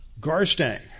Garstang